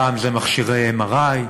פעם זה מכשירMRI ,